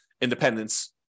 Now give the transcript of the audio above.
independence